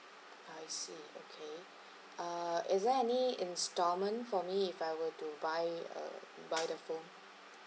I see okay uh is there any installment for me if I were to buy uh buy the phone